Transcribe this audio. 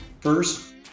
first